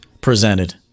presented